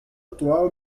atual